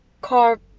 car